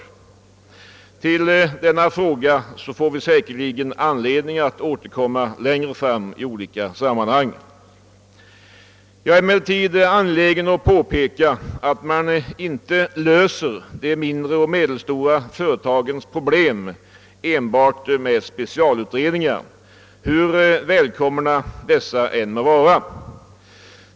Till denna fråga får vi säkerligen anledning återkomma längre fram i olika sammanhang. Jag är emellertid angelägen att påpeka att man inte löser de mindre och medelstora företagens problem enbart med specialutredningar, hur välkomna dessa än må vara.